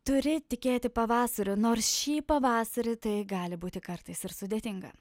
turi tikėti pavasariu nors šį pavasarį tai gali būti kartais ir sudėtinga